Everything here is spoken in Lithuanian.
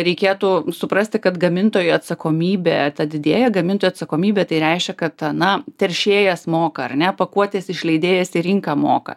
reikėtų suprasti kad gamintojų atsakomybė ta didėja gamintojo atsakomybė tai reiškia kad na teršėjas moka ar ne pakuotės išleidėjas į rinką moka